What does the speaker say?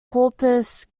corpus